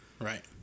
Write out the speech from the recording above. Right